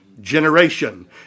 generation